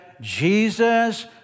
Jesus